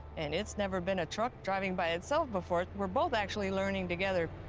and it's never been a truck driving by itself before. we're both actually learning together.